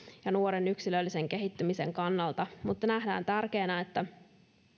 ja nuorten yksilöllisen kehittymisen kannalta tärkeänä nähdään